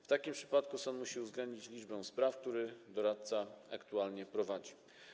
W takim przypadku sąd musi uwzględnić liczbę spraw, które doradca aktualnie prowadzi.